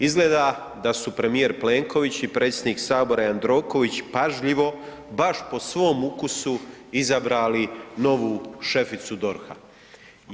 Izgleda da su premijer Plenković i predsjednik Sabora Jandroković pažljivo baš po svom ukusu izabrali novu šeficu DORH-a.